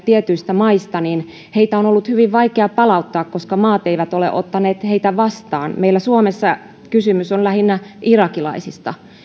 tietyistä maista on ollut hyvin vaikea palauttaa koska maat eivät ole ottaneet heitä vastaan meillä suomessa kysymys on lähinnä irakilaisista